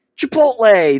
Chipotle